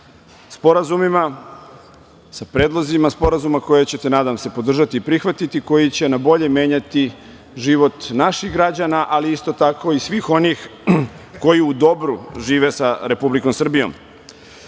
sa predlozima sporazuma koje ćete, nadam se, podržati i prihvatiti, a koji će na bolje menjati život naših građana, ali isto tako i svih onih koji u dobru žive sa Republikom Srbijom. Pred